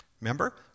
Remember